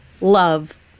love